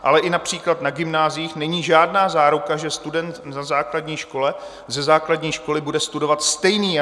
Ale i například na gymnáziích není žádná záruka, že student na základní škole, ze základní školy, bude studovat stejný jazyk.